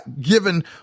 given